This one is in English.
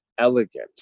elegant